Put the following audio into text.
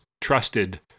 trusted